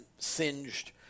singed